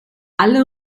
alle